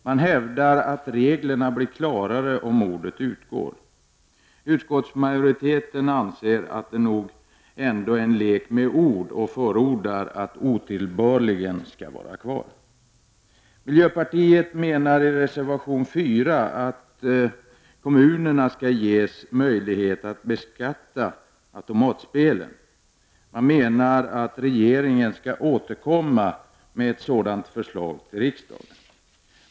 Man hävdar att reglerna blir klarare om ordet utgår. Utskottsmajoriteten anser att detta nog ändå är en lek med ord och förordar att ordet otillbörligen skall vara kvar. Miljöpartiet menar i reservation 4 att kommunerna skall ges möjlighet att beskatta automatspelet. Man menar att regeringen skall återkomma med ett sådant förslag till riksdagen.